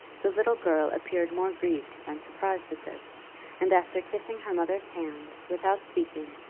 the little girl appeared more grieved than surprised at this and after kissing her mother's hand, without speaking,